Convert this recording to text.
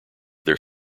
their